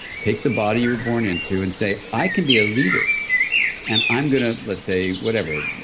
take the body you were born into, and say, i can be a leader and i'm going to, let's say, whatever.